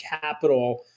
capital